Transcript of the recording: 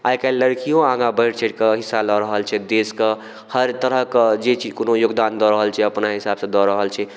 आइकाल्हि लड़कियो आगाँ बढ़ि चढ़िकऽ हिस्सा लऽ रहल छै देशके हर तरह के जे कि अपन योगदान दऽ रहल छै अपना हिसाबसँ दऽ रहल छै